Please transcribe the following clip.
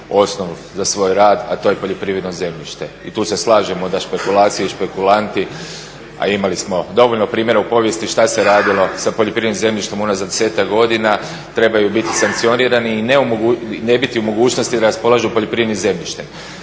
osnov za svoj rad, a to je poljoprivredno zemljište i tu se slažemo da špekulacije i špekulanti, a imali smo dovoljno primjera u povijesti šta se radilo sa poljoprivrednim zemljištem unazad 10-ak godina, trebaju biti sankcionirani i ne biti u mogućnosti da raspolažu poljoprivrednim zemljištem.